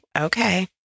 okay